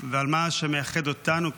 ועל מה שמייחד אותנו כישראלים.